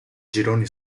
girone